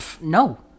No